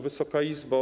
Wysoka Izbo!